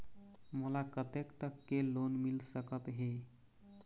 मोला कतेक तक के लोन मिल सकत हे?